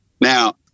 Now